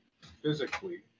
physically